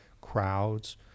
crowds